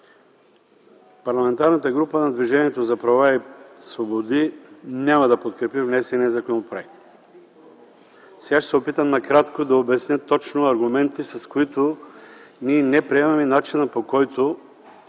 Парламентарната група на „Движението за права и свободи” няма да подкрепи внесения законопроект. Сега ще се опитам накратко да обясня точно аргументите, с които ние не приемаме начина, по който